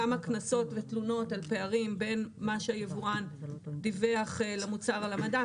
כמה קנסות ותלונות על פערים בין מה שהיבואן דיווח למוצר על המדף.